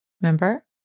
Remember